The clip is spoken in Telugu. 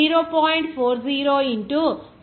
40 ఇంటూ 7